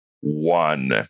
one